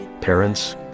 Parents